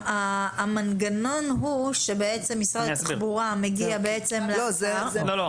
המנגנון הוא שמשרד התחבורה מגיע ל --- לא,